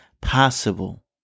possible